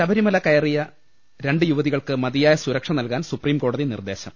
ശബരിമല ക്റേറിയ രണ്ട് യുവതികൾക്ക് മതിയായ സുരക്ഷ ക നൽകാൻ സുപ്രീംകോടതി നിർദേശം